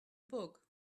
book